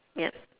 ya